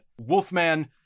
Wolfman